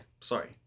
sorry